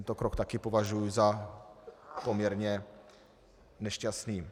Tento krok taky považuji za poměrně nešťastný.